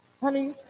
honey